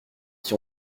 qui